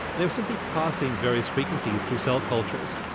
they were simply parsing various frequencies through cell cultures.